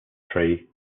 three